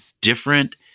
different